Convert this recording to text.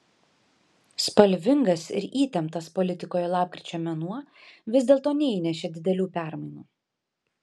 spalvingas ir įtemptas politikoje lapkričio mėnuo vis dėlto neįnešė didelių permainų